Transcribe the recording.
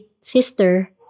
sister